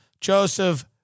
Joseph